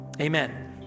amen